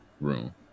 room